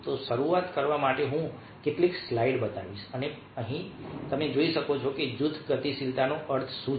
તો શરૂઆત કરવા માટે હું કેટલીક સ્લાઇડ્સ બતાવીશ અને અહીં તમે જોઈ શકો છો કે જૂથ ગતિશીલતાનો અર્થ શું છે